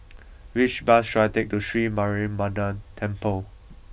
which bus should I take to Sri Mariamman Temple